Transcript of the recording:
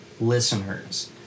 listeners